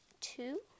two